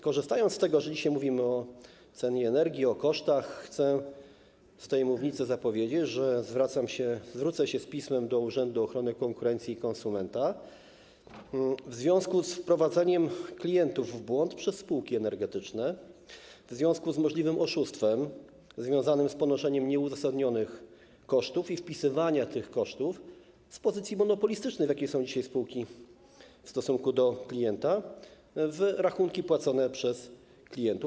Korzystając z tego, że dzisiaj mówimy o cenie energii, o kosztach, chcę z tej mównicy zapowiedzieć, że zwrócę się z pismem do Urzędu Ochrony Konkurencji i Konsumentów w związku z wprowadzeniem klientów w błąd przez spółki energetyczne, w związku z możliwym oszustwem związanym z ponoszeniem nieuzasadnionych kosztów i wpisywaniem tych kosztów z pozycji monopolistycznej, w jakiej są dzisiaj spółki w stosunku do klienta, w rachunki płacone przez klientów.